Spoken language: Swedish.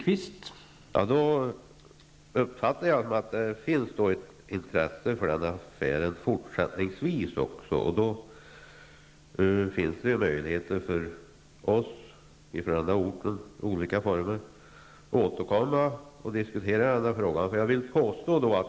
Herr talman! Jag uppfattar då läget så att det även fortsättningsvis finns ett intresse för affären. Under sådana förhållanden finns det möjligheter för oss på orten att återkomma i olika former och diskutera frågan.